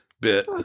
bit